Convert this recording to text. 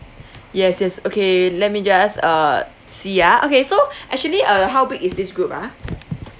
yes yes okay let me just uh see ah okay so actually uh how big is this group ah